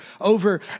over